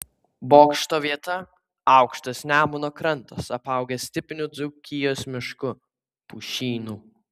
bokšto vieta aukštas nemuno krantas apaugęs tipiniu dzūkijos mišku pušynu